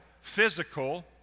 physical